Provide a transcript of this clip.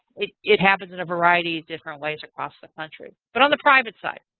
it it happens in a variety of different ways across the country. but on the private side,